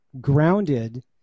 grounded